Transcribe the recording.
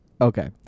Okay